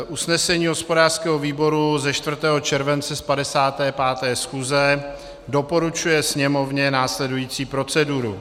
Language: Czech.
Usnesení hospodářského výboru ze 4. července z 55. schůze doporučuje Sněmovně následující proceduru: